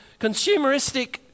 consumeristic